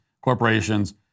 corporations